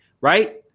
Right